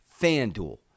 FanDuel